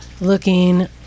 looking